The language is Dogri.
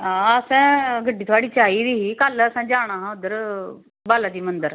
हां गड्डी असैं थुआढ़ी चाही दा ही कल असें जाना हा उध्दर बाला जी मन्दर